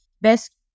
best